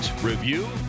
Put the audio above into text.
review